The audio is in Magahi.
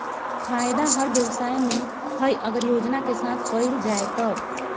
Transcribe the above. फायदा हर व्यवसाय में हइ अगर योजना के साथ कइल जाय तब